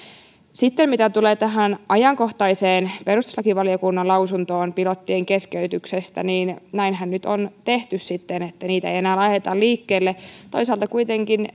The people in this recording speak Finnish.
mitä sitten tulee tähän ajankohtaiseen perustuslakivaliokunnan lausuntoon pilottien keskeytyksestä niin näinhän nyt on tehty sitten että niitä ei enää laiteta liikkeelle toisaalta kuitenkin